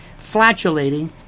flatulating